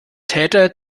täter